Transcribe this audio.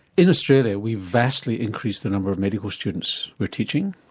in australia we vastly increased the number of medical students we're teaching,